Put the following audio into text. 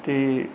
ਅਤੇ